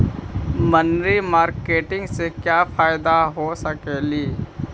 मनरी मारकेटिग से क्या फायदा हो सकेली?